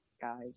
guys